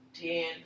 ten